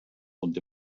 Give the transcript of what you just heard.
und